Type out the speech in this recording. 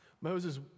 Moses